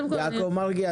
יעקב מרגי,